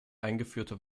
eingeführte